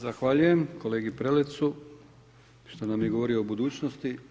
Zahvaljujem kolegi Prelecu što nam je govorio o budućnosti.